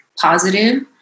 positive